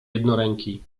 jednoręki